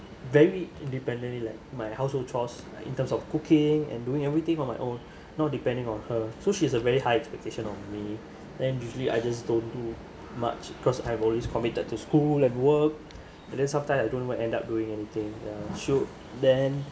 very independently like my household chores like in terms of cooking and doing everything on my own not depending on her so she has a very high expectation on me then usually I just don't do much because I'm always committed to school and work but then sometimes I don't even end up doing anything she would then